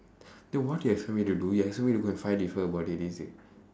then what do you expect me to do you expect me to go and fight with her about it is it